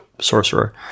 Sorcerer